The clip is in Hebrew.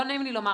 לא נעים לי לומר.